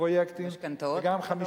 משכנתאות גדולות.